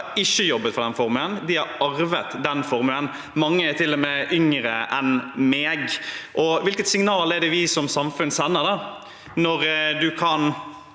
av dem ikke jobbet for formuen, de har arvet den. Mange er til og med yngre enn meg. Hvilket signal er det vi som samfunn sender når man kan